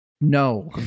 no